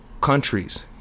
countries